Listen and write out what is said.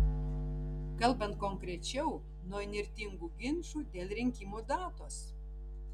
kalbant konkrečiau nuo įnirtingų ginčų dėl rinkimų datos